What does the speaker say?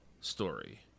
story